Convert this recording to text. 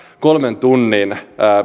kolmen tunnin